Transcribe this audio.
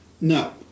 No